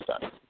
done